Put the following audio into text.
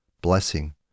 blessing